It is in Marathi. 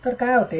तर काय होते